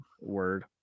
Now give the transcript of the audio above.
Word